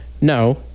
no